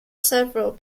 several